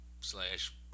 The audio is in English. slash